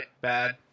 bad